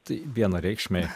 tai vienareikšmiai